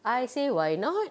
I say why not